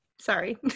Sorry